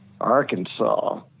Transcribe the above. Arkansas